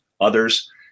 others